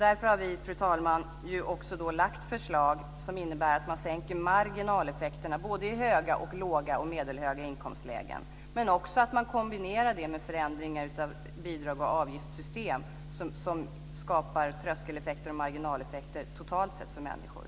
Därför har vi, fru talman, lagt fram förslag som innebär att man sänker marginaleffekterna i höga, låga och medelhöga inkomstlägen, men också att man kombinerar det med förändringar av bidragsoch avgiftssystem som skapar tröskeleffekter och marginaleffekter totalt sett för människor.